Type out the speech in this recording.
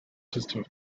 system